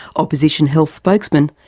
opposition health spokesman,